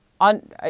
on